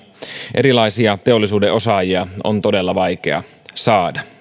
erilaisia teollisuuden osaajia on todella vaikea saada